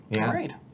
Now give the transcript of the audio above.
Great